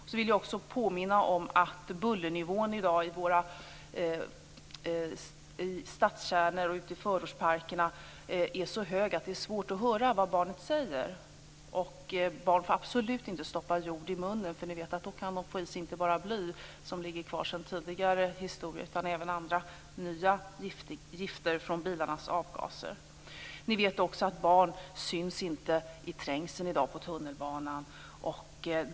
Jag vill också påminna om att bullernivån i våra stadskärnor och ute i förortsparkerna är så hög i dag att det är svårt att höra vad barn säger. Barn får absolut inte stoppa jord i munnen, för då vet ni att de kan få i sig inte bara bly som ligger kvar sedan tidigare utan även andra nya gifter från bilarnas avgaser. Ni vet också att barn i dag inte syns i trängseln på tunnelbanan.